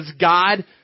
God